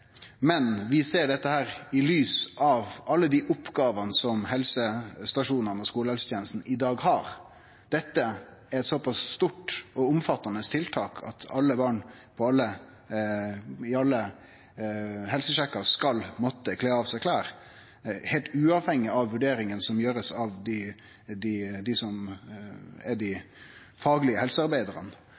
Men vi ser dette i lys av alle dei oppgåvene som helsestasjonane og skolehelsetenesta i dag har. Det er eit stort og omfattande tiltak at alle barn på alle helsesjekkar skal måtte kle av seg klede, heilt uavhengig av vurderinga som blir gjort av dei som er dei faglege helsearbeidarane.